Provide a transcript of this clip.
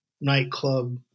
nightclub